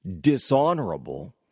dishonorable